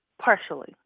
partially